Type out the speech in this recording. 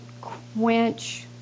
quench